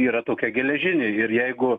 yra tokia geležinė ir jeigu